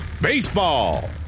Baseball